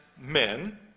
men